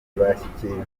bashyikirijwe